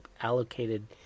allocated